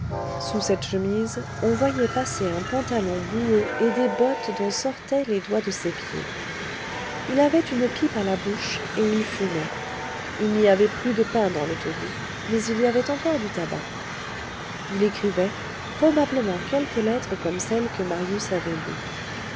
sous cette chemise on voyait passer un pantalon boueux et des bottes dont sortaient les doigts de ses pieds il avait une pipe à la bouche et il fumait il n'y avait plus de pain dans le taudis mais il y avait encore du tabac il écrivait probablement quelque lettre comme celles que marius avait lues